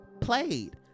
played